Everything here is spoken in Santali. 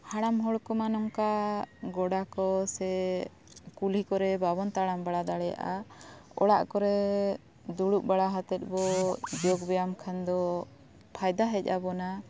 ᱦᱟᱲᱟᱢ ᱦᱚᱲ ᱠᱚᱢᱟ ᱱᱚᱝᱠᱟ ᱜᱚᱰᱟ ᱠᱚ ᱥᱮ ᱠᱩᱞᱦᱤ ᱠᱚᱨᱮ ᱵᱟᱵᱚᱱ ᱛᱟᱲᱟᱢ ᱵᱟᱲᱟ ᱫᱟᱲᱮᱭᱟᱜᱼᱟ ᱚᱲᱟᱜ ᱠᱚᱨᱮ ᱫᱩᱲᱩᱵ ᱵᱟᱲᱟ ᱟᱛᱮᱫ ᱵᱚᱱ ᱡᱳᱜ ᱵᱮᱭᱟᱢ ᱠᱷᱟᱱ ᱫᱚ ᱯᱷᱟᱭᱫᱟ ᱦᱮᱡ ᱟᱵᱚᱱᱟ